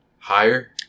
Higher